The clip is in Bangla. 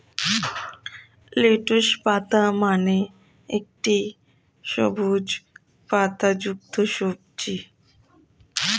লেটুস পাতা মানে একটি সবুজ পাতাযুক্ত সবজি